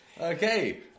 Okay